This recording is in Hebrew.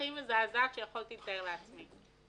הכי מזעזעת שיכולתי לתאר לעצמי.